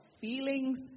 feelings